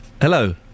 Hello